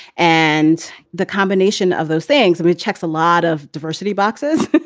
and the combination of those things and with checks, a lot of diversity boxes,